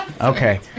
Okay